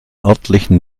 örtlichen